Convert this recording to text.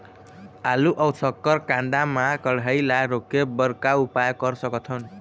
आलू अऊ शक्कर कांदा मा कढ़ाई ला रोके बर का उपाय कर सकथन?